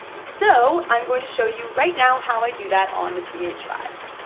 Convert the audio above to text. so i'm going to show you right now how i do that on the g h five.